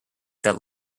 that